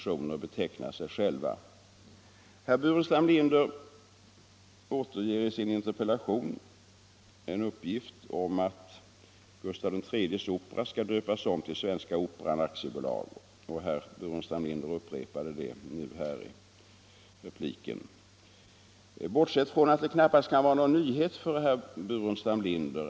Även om det reella innehållet i den gamla grundlagen kommit att bli ett annat än det bokstavliga genom att det gått bra många år sedan 1809 så iakttogs likväl formerna. Ni satt t.ex. fortfarande i konselj.